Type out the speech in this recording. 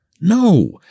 no